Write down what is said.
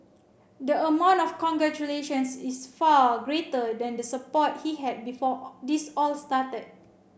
the amount of congratulations is far greater than the support he had before this all started